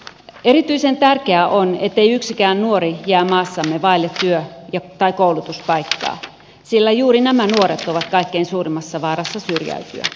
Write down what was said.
erityisen tärkeää on ettei yksikään nuori jää maassamme vaille työ tai koulutuspaikkaa sillä juuri nämä nuoret ovat kaikkein suurimmassa vaarassa syrjäytyä